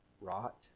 rot